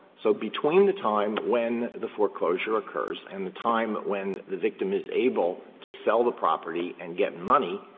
so between the time when the foreclosure occurs and the time when the victim is able to sell the property and get money,